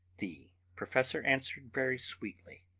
the professor answered very sweetly